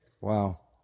Wow